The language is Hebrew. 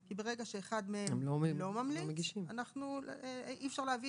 כי ברגע שאחד מהם לא ממליץ אז אי אפשר להביא